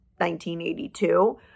1982